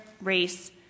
race